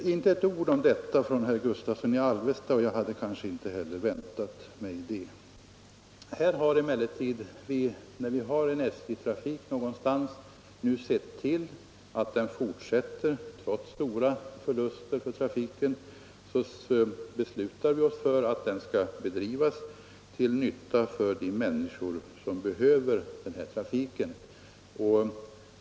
Herr Gustavsson i Alvesta har inte sagt ett ord om detta — och jag kanske inte heller hade väntat mig det. När vi har SJ-trafik någonstans har vi emellertid sett till att den fortsätter. Trots stora förluster för trafiken beslutar vi att den skall bedrivas till nytta för de människor som behöver den.